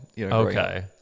Okay